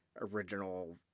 original